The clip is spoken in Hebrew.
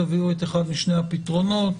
תביאו אחד משני הפתרונות,